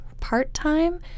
part-time